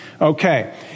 Okay